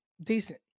decent